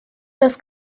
das